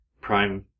prime